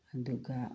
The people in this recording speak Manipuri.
ꯑꯗꯨꯒ